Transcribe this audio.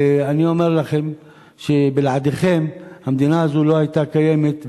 ואני אומר לכם שבלעדיכם המדינה הזאת לא היתה קיימת,